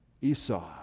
Esau